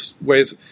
ways